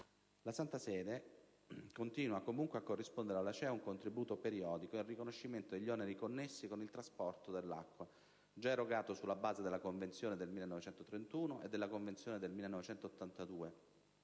La Santa Sede continua, comunque, a corrispondere all'ACEA un contributo periodico in riconoscimento degli oneri connessi con il trasporto dell'acqua, già erogato sulla base della Convenzione del 1931 e della Convenzione del 1982,